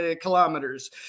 kilometers